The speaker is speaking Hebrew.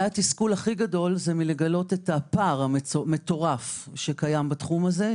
התסכול הכי גדול זה לגלות את הפער המטורף שיש בתחום הזה,